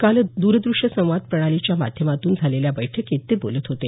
काल द्रद्रश्य संवाद प्रणालीच्या माध्यमातून झालेल्या बैठकीत ते बोलत होते